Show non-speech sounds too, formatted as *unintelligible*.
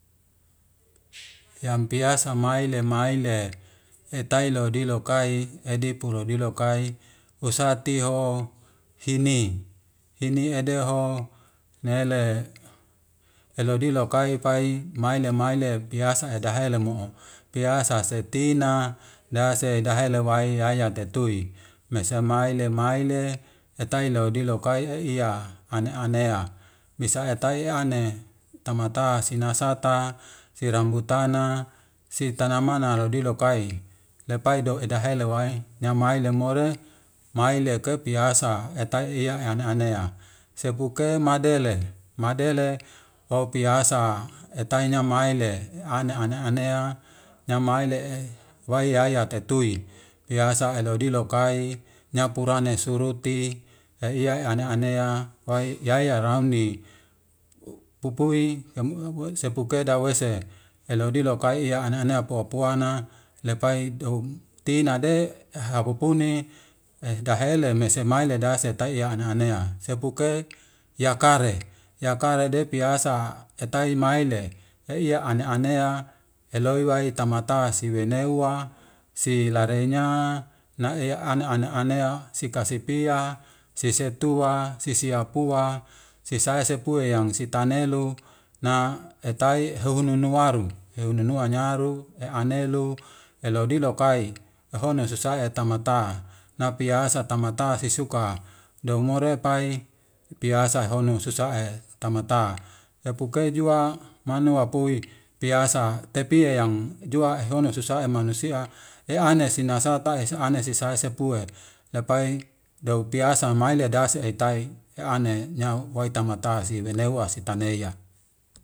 Yang piasa maile maile etailo dilokai edipuro dilokai, usatiho hini, hini edeho nele elodilokai pai maile maile piasa edahelamo'o, piasa setina dase dahaelaewaya tetui. Misa maile maile etailo dilokai ei iya aneanea. Misa etai ane tamata sina sata siram utana sitanamana laodilokai lepaido edahe lewai nyamailemore maile kepiasa etai *hesitation* aneanea. Sebuke madele, madele aupiasa etaine maile *hesitation* ane, aneanea yamaile'e waiya iya kettui, piasa elodilokai nyapurane suruti *hesitation* iya aneanea wai yaya rami. Pupu'i, *unintelligible* sepuke da wese elo dilo ka'i iya aneanee apo'apo'ana le'pai tu ti'ina de hapupuni dahele mese maile dasetai iya aneanea sepuke ya kare, ya kare depiasa etai maile e iya aneanea elo iwa'i tamataa siwe ne'ua si larenya, naea ane aneanea sikasipia, si setua, si siapua, si saesepueyang, si tanelu, na etai hewnunuaru, hewnunu anyaru eanelu elodilokai heuesusa tamata, napiasa tamata sisuka. Doumoropai piasa honu susa'a *hesitation* tamata epukejua mainuapui piasa, tepiyangjua honususa e manusia e aine sinasata e aine sa'a sepue lepai deupiasa maile dase etai amenya waitamatasi leua sitaneia.